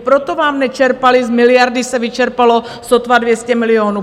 Proto vám nečerpaly, z miliardy se vyčerpalo sotva 200 milionů.